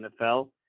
NFL